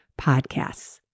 podcasts